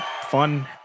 fun